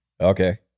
okay